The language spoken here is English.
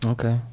Okay